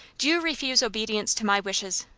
do you refuse obedience to my wishes?